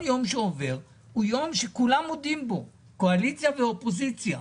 כולם מודים, גם בקואליציה וגם באופוזיציה,